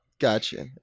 gotcha